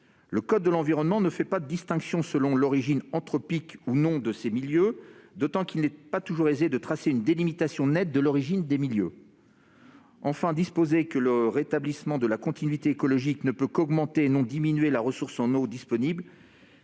le code de l'environnement ne fait pas de distinction selon l'origine anthropique ou non de ces milieux, d'autant qu'il n'est pas toujours aisé de tracer une délimitation nette de cette origine. Enfin, disposer que le rétablissement de la continuité écologique ne peut qu'augmenter, et non diminuer, la ressource en eau disponible